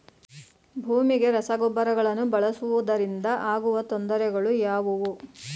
ಭೂಮಿಗೆ ರಸಗೊಬ್ಬರಗಳನ್ನು ಬಳಸುವುದರಿಂದ ಆಗುವ ತೊಂದರೆಗಳು ಯಾವುವು?